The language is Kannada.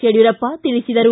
ಯಡಿಯೂರಪ್ಪ ತಿಳಿಸಿದರು